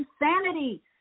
insanity